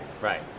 Right